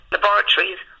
Laboratories